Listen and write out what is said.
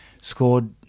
scored